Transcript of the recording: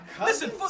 Listen